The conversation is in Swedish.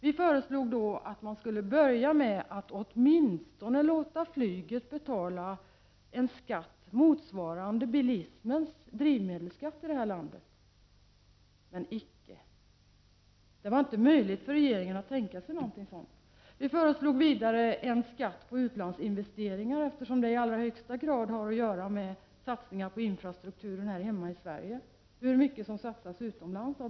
Vi föreslog att man skulle börja med att åtminstone låta flyget betala en skatt motsvarande bilismens drivmedelsskatt. Men icke! Det var inte möjligt för regeringen att tänka sig något sådant. Vi föreslog vidare en skatt på utlandsinvesteringar, eftersom det i allra högsta grad har att göra med satsningar på infrastrukturen här hemma i Sverige hur mycket de stora företagen satsar utomlands.